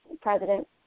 president